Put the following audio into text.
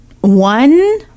one